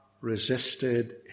resisted